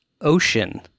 ocean